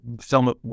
film